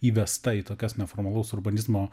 įvesta į tokias neformalaus urbanizmo